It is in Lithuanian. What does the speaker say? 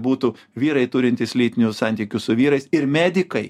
būtų vyrai turintys lytinius santykius su vyrais ir medikai